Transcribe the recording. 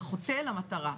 זה חוטא למטרה,